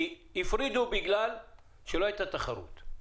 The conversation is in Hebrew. הפרידו בגלל שלא הייתה תחרות,